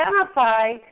identify